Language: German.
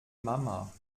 mama